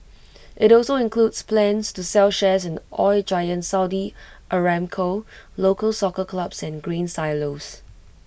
IT also includes plans to sell shares in oil giant Saudi Aramco local Soccer clubs and Grain Silos